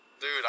dude